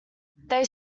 they